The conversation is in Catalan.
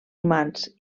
humans